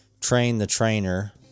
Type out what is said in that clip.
train-the-trainer